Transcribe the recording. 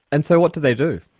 and so what do they do?